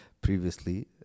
previously